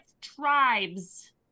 tribes